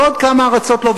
ועוד כמה ארצות לא,